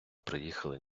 приїхали